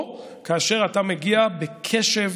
או כשאתה מגיע בקשב,